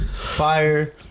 Fire